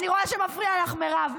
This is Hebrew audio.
אני רואה שמפריע לך, מירב.